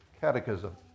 Catechism